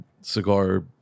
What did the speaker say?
cigar